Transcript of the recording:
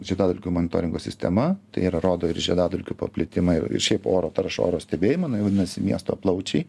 žiedadulkių monitoringo sistema tai yra rodo ir žiedadulkių paplitimą ir šiaip oro taršą oro stebėjimą jinai vadinasi miesto plaučiai